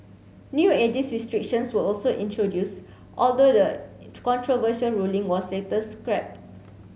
new ageist restrictions were also introduced although the controversial ruling was later scrapped